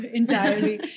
entirely